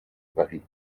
pari